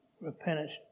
Repentance